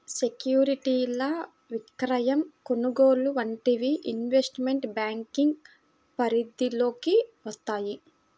సెక్యూరిటీల విక్రయం, కొనుగోలు వంటివి ఇన్వెస్ట్మెంట్ బ్యేంకింగ్ పరిధిలోకి వత్తయ్యి